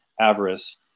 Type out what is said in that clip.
avarice